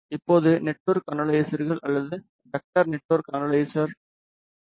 இப்போது நெட்வொர்க் அனலைசர்கள் அல்லது வெக்டர் நெட்வொர்க் அனலைசர் வி